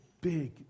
big